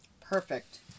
Perfect